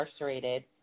incarcerated